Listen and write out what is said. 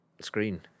screen